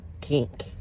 kink